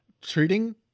treating